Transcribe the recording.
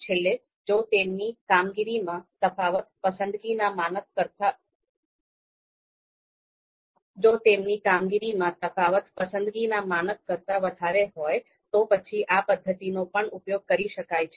છેલ્લે જો તેમની કામગીરીમાં તફાવત પસંદગીના માનક કરતા વધારે હોય તો પછી આ પદ્ધતિનો પણ ઉપયોગ કરી શકાય છે